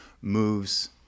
moves